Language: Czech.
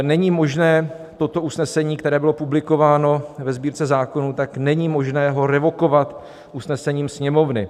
Není možné toto usnesení, které bylo publikováno ve Sbírce zákonů, není možné ho revokovat usnesením Sněmovny.